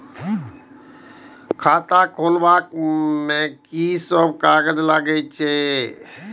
खाता खोलब में की सब कागज लगे छै?